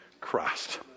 Christ